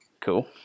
cool